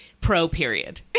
pro-period